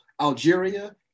Algeria